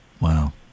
Wow